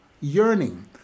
yearning